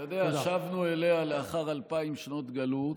אתה יודע, שבנו אליה לאחר אלפיים שנות גלות,